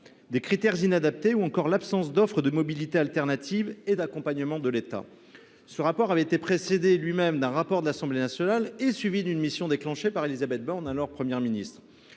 des critères inadaptés ou encore l’absence d’offre de mobilités substitutives et d’accompagnement de l’État. Ce texte avait été précédé d’un rapport de l’Assemblée nationale et a été suivi d’une mission créée par Élisabeth Borne, alors Première ministre.